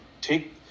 take